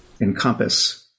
encompass